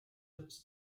явж